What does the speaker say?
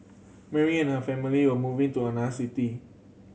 Mary and her family were moving to another city